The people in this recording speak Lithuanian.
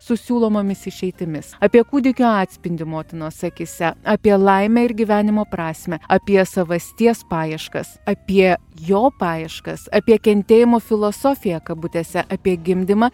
su siūlomomis išeitimis apie kūdikio atspindį motinos akyse apie laimę ir gyvenimo prasmę apie savasties paieškas apie jo paieškas apie kentėjimo filosofiją kabutėse apie gimdymą